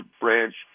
branch